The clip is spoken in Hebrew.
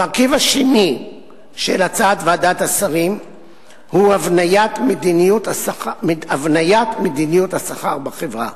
המרכיב השני של הצעת ועדת השרים הוא הבניית מדיניות השכר בחברה.